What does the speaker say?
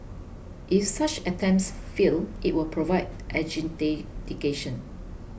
if such attempts fail it will provide